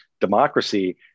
democracy